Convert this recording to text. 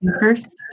first